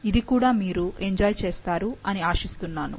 ఇది కూడా మీరు ఎంజాయ్ చేస్తారు అని ఆశిస్తున్నాను